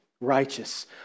righteous